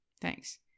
Thanks